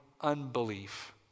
unbelief